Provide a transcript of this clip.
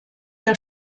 der